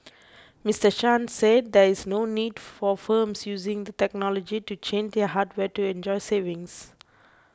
Mr Chen said there is no need for firms using the technology to change their hardware to enjoy savings